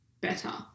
better